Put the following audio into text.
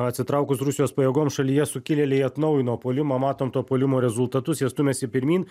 atsitraukus rusijos pajėgom šalyje sukilėliai atnaujino puolimą matom to puolimo rezultatus jie stumiasi pirmyn